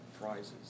prizes